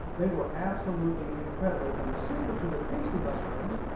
they were absolutely incredible. and the secret to the tasty mushrooms?